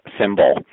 symbol